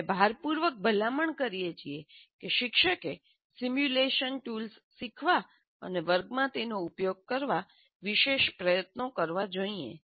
અમે ભારપૂર્વક ભલામણ કરીએ છીએ કે શિક્ષકે સિમ્યુલેશન ટૂલ્સ શીખવા અને વર્ગમાં તેનો ઉપયોગ કરવા વિશેષ પ્રયત્નો કરવા જોઈએ